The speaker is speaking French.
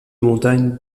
montagnes